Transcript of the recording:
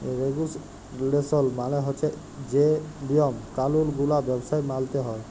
রেগুলেসল মালে হছে যে লিয়ম কালুল গুলা ব্যবসায় মালতে হ্যয়